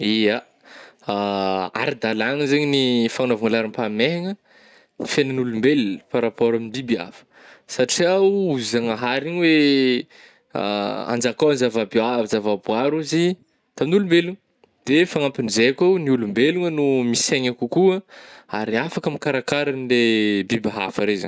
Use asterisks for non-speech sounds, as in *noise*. Ya, *hesitation* ara-dalàgna zegny fagnaovana laharam-pahamehagna, fiaignan'olombel par rapport amin'ny biby hafa satria oh, ozy zagnahary igny hoe *hesitation* anjakao zava-bi- zava-boary ozy ih tamin'ny olombelogna, de fagnampin'izay kô oh, ny olombelogna no misaigna kokoa ary afaka mikarakara an'le biby hafa re zany.